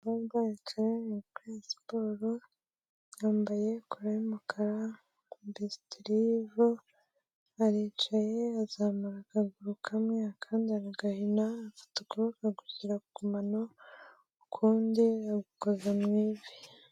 mbac sport yambaye co y yumukarandastiriv aricaye azamura akaguru kamwe akanda ara agahina ukuruka kugira kumanano ukundi yakozewevi